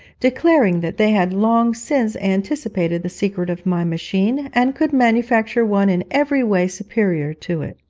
declaring that they had long since anticipated the secret of my machine, and could manufacture one in every way superior to it,